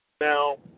Now